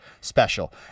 special